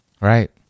right